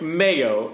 mayo